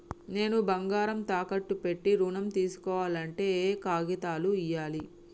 నేను బంగారం తాకట్టు పెట్టి ఋణం తీస్కోవాలంటే ఏయే కాగితాలు ఇయ్యాలి?